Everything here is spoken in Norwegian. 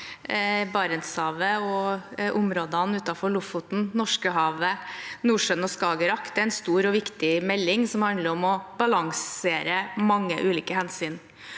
Barentshavet og områdene utenfor Lofoten, Norskehavet, Nordsjøen og Skagerrak er en stor og viktig melding som handler om å balansere mange ulike hensyn.